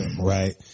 Right